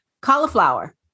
Cauliflower